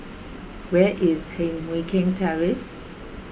where is Heng Mui Keng Terrace